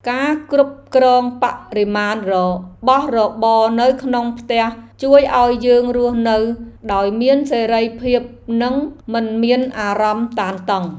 ការគ្រប់គ្រងបរិមាណរបស់របរនៅក្នុងផ្ទះជួយឱ្យយើងរស់នៅដោយមានសេរីភាពនិងមិនមានអារម្មណ៍តានតឹង។